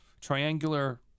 triangular